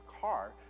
car